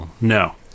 No